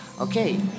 okay